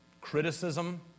criticism